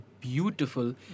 beautiful